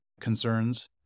concerns